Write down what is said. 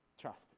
trust